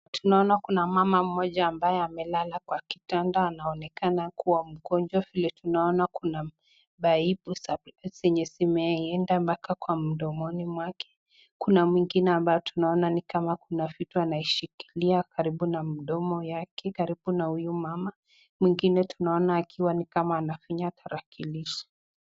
Tunaona Kuna mama Mmoja ambaye amelala kwa kitanda anaonekana kuwa mgonjwa vile tunaona Kuna Paipu zenye zimeenda mpaka mdomoni mwake Kuna mwingine ambaye tunamwona kama Kuna vitu anashikilia karibu na mdomo yake karibu na huyu mama, mwingine tunaona ni kama anavinya tarakilishi.